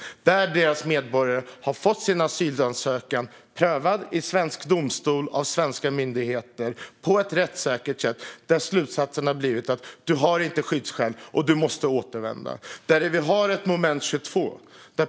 Det handlar om personer som har fått sin asylansökan prövad på ett rättssäkert sätt i svensk domstol och där slutsatsen är att det inte finns skyddsskäl och att de måste återvända. Det är ett moment 22.